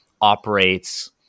operates